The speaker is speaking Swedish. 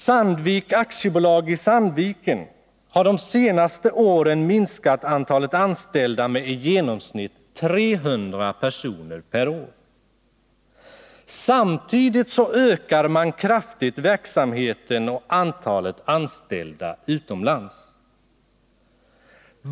Sandvik AB i Sandviken har de senaste åren minskat antalet anställda med i genomsnitt 300 per år. Samtidigt ökar man kraftigt verksamheten och antalet anställda utomlands.